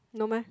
no meh